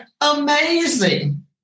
amazing